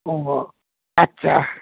ও আচ্ছা